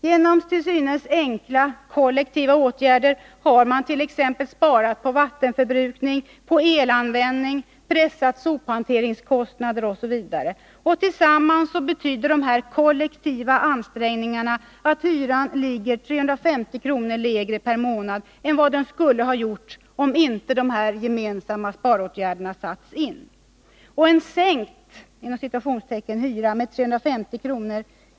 Genom till synes enkla kollektiva åtgärder har man t.ex. sparat på vattenförbrukning och elanvändning, pressat sophanteringskostnaderna osv. Tillsammans betyder dessa kollektiva ansträngningar att hyran ligger 350 kr. lägre per månad än vad den skulle ha gjort, om inte dessa gemensamma sparåtgärder hade satts in. Och en ”sänkt” hyra med 350 kr.